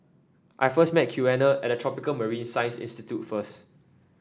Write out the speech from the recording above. I first may Quiana at Tropical Marine Science Institute first